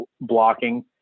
blocking